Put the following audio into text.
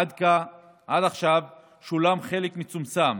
עד עכשיו שולם חלק מצומצם